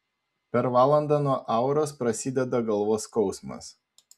per valandą nuo auros prasideda galvos skausmas